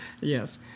Yes